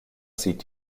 zieht